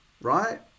right